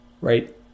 Right